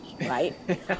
right